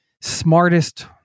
smartest